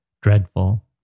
dreadful